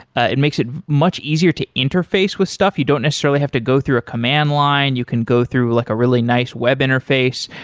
ah it makes it much easier to interface with stuff. you don't necessarily have to go through a command line. you can go through like a really nice web interface,